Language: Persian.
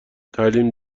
تعلیم